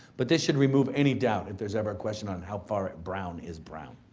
but this should remove any doubt if there's ever a question on how far it brown is brown.